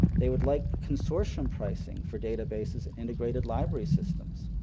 they would like consortium pricing for databases integrated library systems.